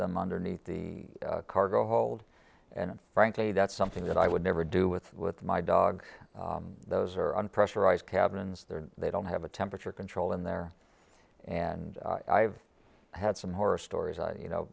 them underneath the cargo hold and frankly that's something that i would never do with with my dog those are unpressurized cabins there they don't have a temperature control in there and i've had some horror stories you know